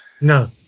No